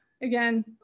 again